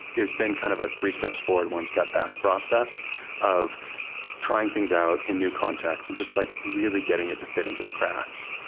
there's been kind of a three steps forward, one step back process of trying things out in new context and just like really getting it to fit into the cracks.